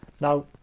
Now